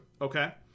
Okay